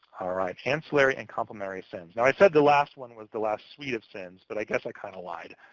right ancillary and complementary sin's. now, and i said the last one was the last suite of sin's, but i guess i kind of lied.